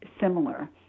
similar